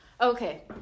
Okay